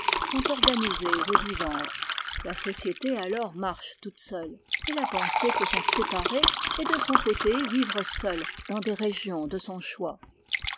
sont organisées et vivantes la société alors marche toute seule et la pensée peut s'en séparer et de son côté vivre seule dans des régions de son choix